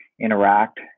interact